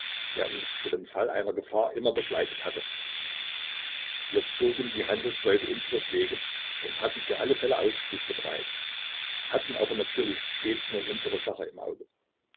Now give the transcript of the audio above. der uns für den fall einer gefahr immer begleitet hatte wir zogen wie handelsleute unseres wegs und hatten für alle fälle ausflüchte bereit hatten aber natürlich stets nur unsere sache im auge